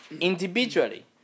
individually